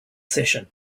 session